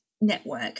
network